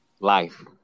life